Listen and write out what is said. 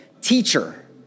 Teacher